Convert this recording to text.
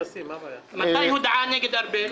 מתי הודעה נגד ארבל?